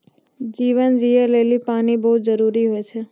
जीवन जियै लेलि पानी बहुत जरूरी होय छै?